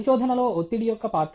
పరిశోధనలో ఒత్తిడి యొక్క పాత్ర